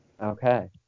okay